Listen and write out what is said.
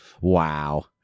Wow